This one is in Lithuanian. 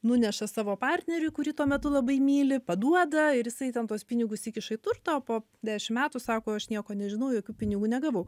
nuneša savo partneriui kuri tuo metu labai myli paduoda ir jisai ten tuos pinigus įkiša į turtą o po dešim metų sako aš nieko nežinau jokių pinigų negavau